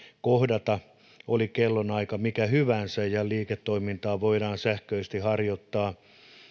kohdata oli kellonaika mikä hyvänsä ja liiketoimintaa voidaan sähköisesti harjoittaa